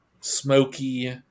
Smoky